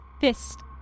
fist